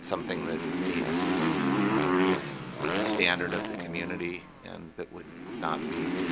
something that meets the standard of the community and that would not be